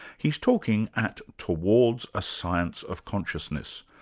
he's talking at towards a science of consciousness,